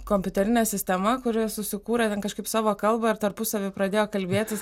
kompiuterinė sistema kuri susikūrė ten kažkaip savo kalbą ir tarpusavy pradėjo kalbėtis